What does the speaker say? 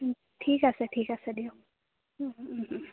ঠিক আছে ঠিক আছে দিয়ক